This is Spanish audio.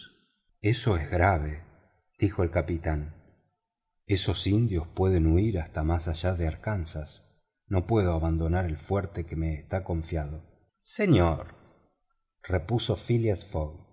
esto es grave dijo el capitán estos indios pueden huir hasta más allá de arkansas no puedo abandonar el fuerte que me está confiado señor repuso phileas